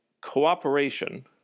cooperation